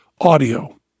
audio